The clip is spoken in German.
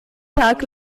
tag